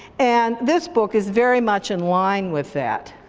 and this book is very much in line with that.